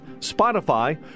Spotify